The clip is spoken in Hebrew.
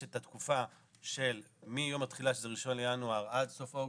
יש את התקופה של מיום התחילה שזה 1 בינואר עד סוף אוגוסט,